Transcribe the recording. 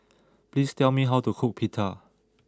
please tell me how to cook Pita